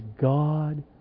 God